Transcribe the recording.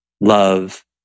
love